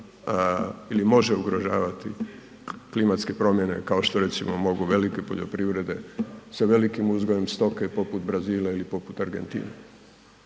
ili može ugrožavati klimatske promjene kao što recimo mogu velike poljoprivrede sa velikim uzgojem stoke poput Brazila ili poput Argentine.